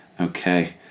Okay